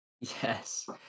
yes